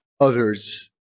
others